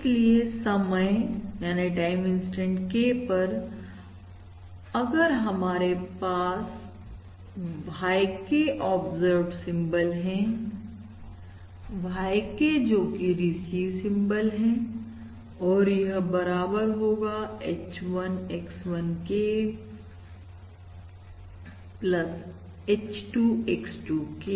इसलिए समय K परअगर हमारे पास YK ऑब्जर्व्ड सिंबल हैंYK जोकि रिसीव सिंबल है और यह बराबर होगा H1 X1 K H2 X2 K